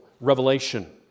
revelation